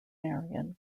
marion